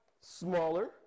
smaller